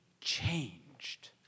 changed